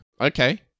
Okay